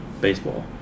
baseball